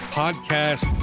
podcast